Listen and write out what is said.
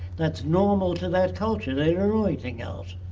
that's normal to that culture. they don't know anything else.